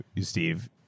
Steve